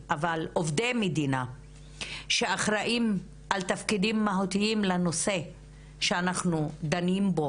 עובדי מדינה שאחראיים על תפקידים מהותיים לנושא שאנחנו דנים בו,